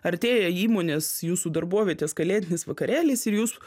artėja įmonės jūsų darbovietės kalėdinis vakarėlis ir jūs